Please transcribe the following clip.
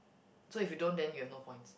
so if you don't then you have no points